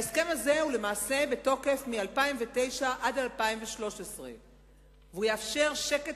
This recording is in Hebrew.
ההסכם הזה הוא למעשה בתוקף מ-2009 עד 2013. הוא יאפשר שקט